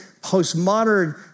postmodern